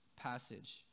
passage